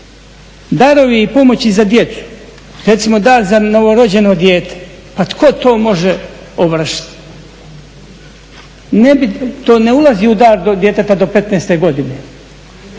darovi i pomoći za djecu, recimo dar za novorođeno dijete, pa tko to može ovršiti, to ne ulazi u dar do djeteta do 15 godine.